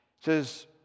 says